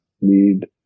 need